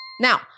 Now